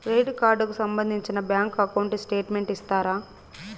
Credit card కు సంబంధించిన bank account statement ఇస్తారా?